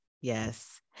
Yes